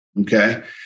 okay